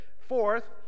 fourth